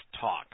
talk